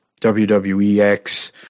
WWEX